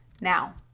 now